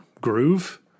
groove